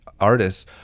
Artists